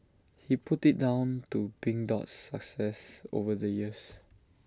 he put IT down to pink Dot's success over the years